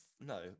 no